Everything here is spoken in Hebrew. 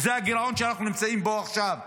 וזה הגירעון שאנחנו נמצאים בו עכשיו,